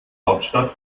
hauptstadt